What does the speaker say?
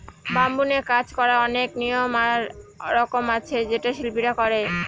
bamboo নিয়ে কাজ করার অনেক নিয়ম আর রকম আছে যেটা শিল্পীরা করে